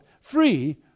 free